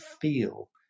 feel